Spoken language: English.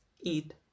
eat